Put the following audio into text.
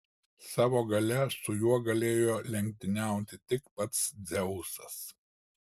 savo galia su juo galėjo lenktyniauti tik pats dzeusas